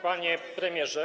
Panie Premierze!